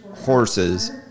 horses